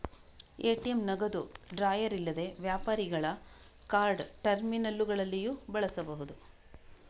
ATM ನಗದು drawer ಇಲ್ಲದೆ ವ್ಯಾಪಾರಿಗಳ ಕಾರ್ಡ್ ಟರ್ಮಿನಲ್ಲುಗಳಲ್ಲಿಯೂ ಬಳಸಬಹುದು